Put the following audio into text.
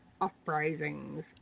uprisings